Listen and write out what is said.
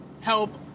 help